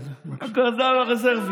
הגלגל הרזרבי.